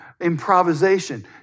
improvisation